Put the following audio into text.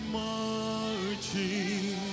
marching